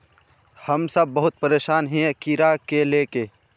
हम सब बहुत परेशान हिये कीड़ा के ले के?